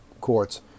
courts